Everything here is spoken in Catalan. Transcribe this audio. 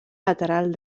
lateral